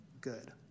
good